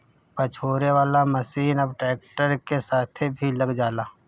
पछोरे वाला मशीन अब ट्रैक्टर के साथे भी लग जाला